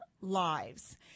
lives